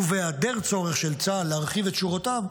ובהיעדר צורך של צה"ל להרחיב את שורותיו,